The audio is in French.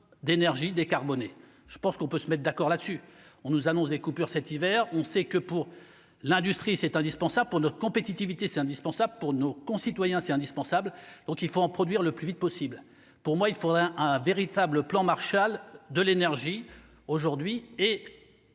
d'énergies décarbonnées je pense qu'on peut se mettre d'accord là-dessus, on nous annonce des coupures cet hiver, on sait que pour l'industrie, c'est indispensable pour notre compétitivité, c'est indispensable pour nos concitoyens, c'est indispensable, donc il faut en produire le plus vite possible, pour moi, il faudrait un véritable plan Marshall de l'énergie aujourd'hui et